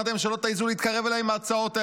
אמרתי להם: שלא תעזו להתקרב אליי עם ההצעות האלה,